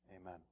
Amen